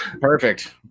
Perfect